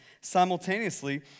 simultaneously